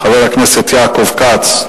חבר הכנסת יעקב כץ,